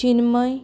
चिन्मय